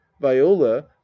viola